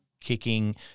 kicking